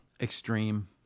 Extreme